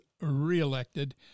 reelected